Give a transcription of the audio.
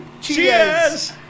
Cheers